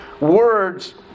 words